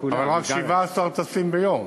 אבל רק 17 טסים ביום.